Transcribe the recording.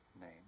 name